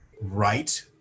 right